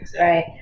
right